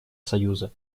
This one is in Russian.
союза